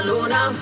Luna